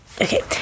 okay